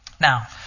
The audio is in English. Now